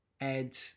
Ed